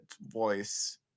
voice